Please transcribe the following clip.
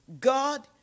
God